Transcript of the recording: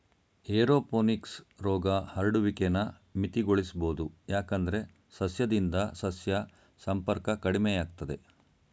aeroponics ರೋಗ ಹರಡುವಿಕೆನ ಮಿತಿಗೊಳಿಸ್ಬೋದು ಯಾಕಂದ್ರೆ ಸಸ್ಯದಿಂದ ಸಸ್ಯ ಸಂಪರ್ಕ ಕಡಿಮೆಯಾಗ್ತದೆ